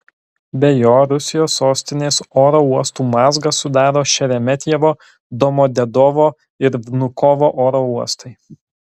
be jo rusijos sostinės oro uostų mazgą sudaro šeremetjevo domodedovo ir vnukovo oro uostai